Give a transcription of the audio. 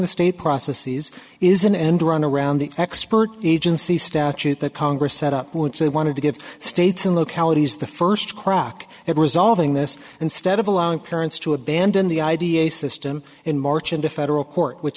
the state processes is an end run around the expert agency statute that congress set up once they wanted to give states and localities the first crack at resolving this instead of allowing parents to abandon the id a system in march and a federal court which